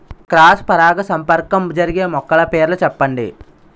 Cross పరాగసంపర్కం జరిగే మొక్కల పేర్లు చెప్పండి?